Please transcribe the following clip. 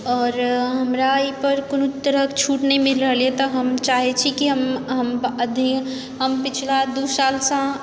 आओर हमरा एहिपर कोनो तरहक छूट नहि मिल रहल यए तऽ हम चाहैत छी कि हम हम अथी हम पिछला दू सालसँ